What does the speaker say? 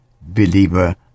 believer